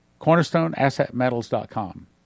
CornerstoneAssetMetals.com